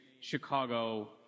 Chicago